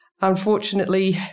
Unfortunately